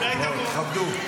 תכבדו.